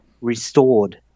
restored